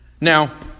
Now